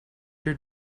your